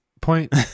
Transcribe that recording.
point